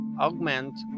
augment